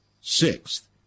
Sixth